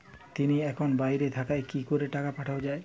তিনি এখন বাইরে থাকায় কি করে টাকা পাঠানো য়ায়?